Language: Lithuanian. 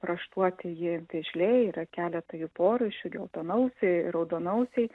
raštuotieji vėžliai yra keletą jų porūšių geltonausiai raudonausiai